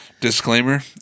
Disclaimer